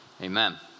Amen